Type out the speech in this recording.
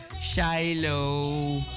Shiloh